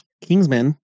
Kingsman